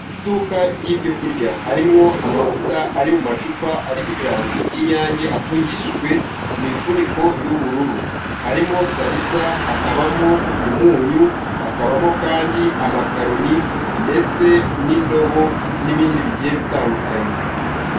Iduka ry'ibyokurya. Harimwo amavuta ari mu macupa ariho ibirango by'inyange, afungishijwe imifuniko y'ubururu. Harimo salisa, hakabamo umunyu, hakabamo kandi amakaroni, ndetse n'indobo n'ibindi bigiye bitandukanye.